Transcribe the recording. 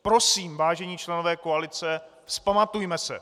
Prosím, vážení členové koalice, vzpamatujme se!